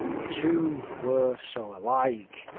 the two were so alike.